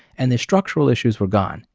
and the structural issues were gone.